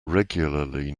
regularly